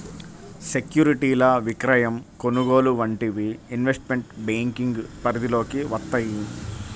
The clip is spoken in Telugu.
సెక్యూరిటీల విక్రయం, కొనుగోలు వంటివి ఇన్వెస్ట్మెంట్ బ్యేంకింగ్ పరిధిలోకి వత్తయ్యి